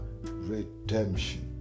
redemption